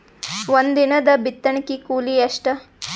ಒಂದಿನದ ಬಿತ್ತಣಕಿ ಕೂಲಿ ಎಷ್ಟ?